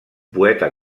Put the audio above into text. poeta